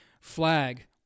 flag